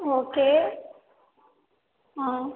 okay ஆ